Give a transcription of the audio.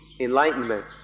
enlightenment